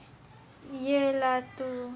ya lah tu